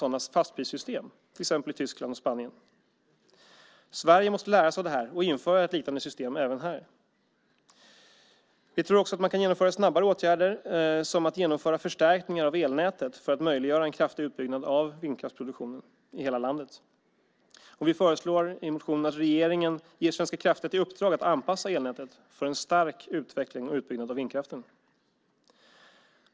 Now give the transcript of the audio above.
Det gäller till exempel Tyskland och Spanien. Sverige måste lära sig av det här och införa ett liknande system även här. Vi tror också att man kan genomföra snabbare åtgärder, som att genomföra förstärkningar av elnätet för att möjliggöra en kraftig utbyggnad av vindkraftsproduktionen i hela landet. Vi föreslår i vår motion att regeringen ger Affärsverket svenska kraftnät i uppdrag att anpassa elnätet för en stark utveckling och utbyggnad av vindkraften.